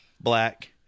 black